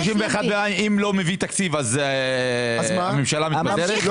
ב-31 אם לא מביאים תקציב אז הממשלה מתפזרת?